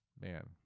Man